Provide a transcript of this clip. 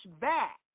back